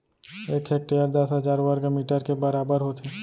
एक हेक्टर दस हजार वर्ग मीटर के बराबर होथे